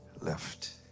left